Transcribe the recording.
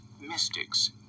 mystics